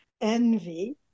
envy